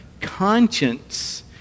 Conscience